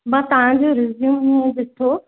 मां तव्हांजो रिस्यूम ॾिठो